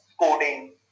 coding